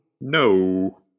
No